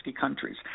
countries